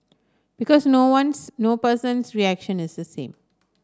because no ones no person's reaction is the same